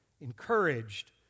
encouraged